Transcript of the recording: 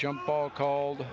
jump ball called